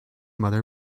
mother